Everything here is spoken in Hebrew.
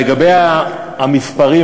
לגבי המספרים,